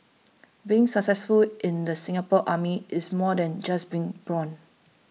being successful in the Singapore Army is more than just being brawn